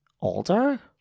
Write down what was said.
Older